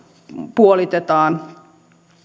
puolitetaan